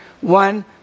one